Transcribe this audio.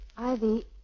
Ivy